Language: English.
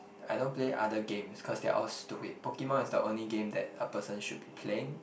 I don't play other games cause they are all stupid Pokemon is the only game that a person should be playing